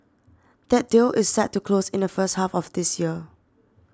that deal is set to close in the first half of this year